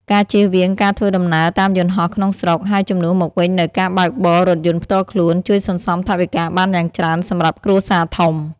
ការជៀសវាងការធ្វើដំណើរតាមយន្តហោះក្នុងស្រុក ហើយជំនួសមកវិញនូវការបើកបររថយន្តផ្ទាល់ខ្លួន ជួយសន្សំថវិកាបានយ៉ាងច្រើនសម្រាប់គ្រួសារធំ។